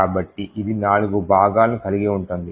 కాబట్టి ఇది నాలుగు భాగాలను కలిగి ఉంటుంది